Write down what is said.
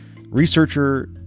researcher